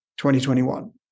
2021